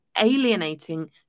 alienating